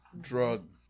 drug